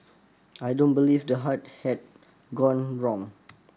I don't believe the heart had gone wrong